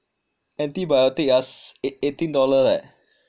antibiotic ah eighteen dollar leh